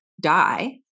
die